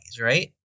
right